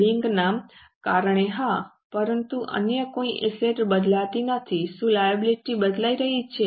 બેંકના કારણે હા પરંતુ અન્ય કોઈ એસેટ બદલાતી નથી શું લાયબિલિટી બદલાઈ રહી છે